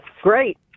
Great